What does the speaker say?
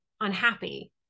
unhappy